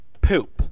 poop